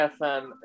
FM